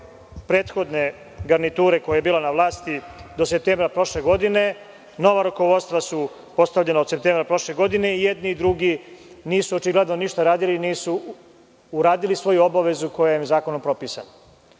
prethodne garniture koja je bila na vlasti do septembra prošle godine. Nova rukovodstva su postavljena od septembra prošle godine i jedni i drugi nisu očigledno ništa radili, nisu uradili svoju obavezu koja im je zakonom propisana. Da